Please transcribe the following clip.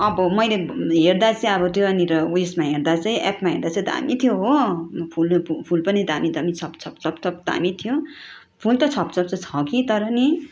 अब मैले हेर्दा चाहिँ अब त्यहाँनिर उएसमा हेर्दा चाहिँ एपमा हेर्दा चाहिँ दामी थियो हो फुल उ फुल पनि दामी दामी छप छप छप छप दामी थ्यो फुल त छप छप चाहिँ छ कि तर नि